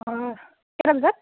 অঁ কেইটা বজাত